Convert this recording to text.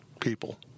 people